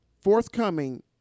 Forthcoming